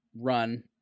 run